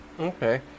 Okay